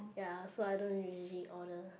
ya so I don't usually order